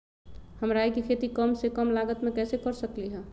हम राई के खेती कम से कम लागत में कैसे कर सकली ह?